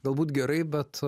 galbūt gerai bet